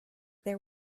there